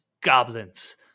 goblins